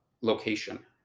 location